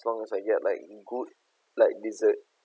as long as I get like eat good like dessert